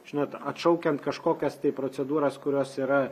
žinot atšaukiant kažkokias tai procedūras kurios yra